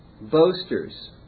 boasters